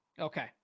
Okay